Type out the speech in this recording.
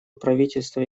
правительства